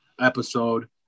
episode